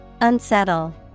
Unsettle